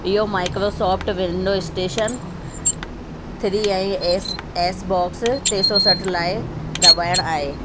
इहो Microsoft window station three ऐं Xbox टे सौ सठि लाइ दॿाइणु आहे